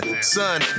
Son